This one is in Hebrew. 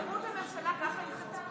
לא, מזכירות הממשלה ככה הנחתה.